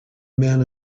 man